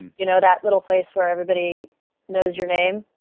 you know that little place where everybody knows your name.